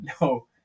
No